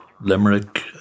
Limerick